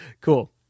Cool